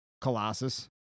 Colossus